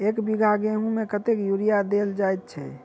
एक बीघा गेंहूँ मे कतेक यूरिया देल जाय छै?